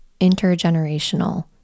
intergenerational